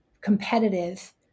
competitive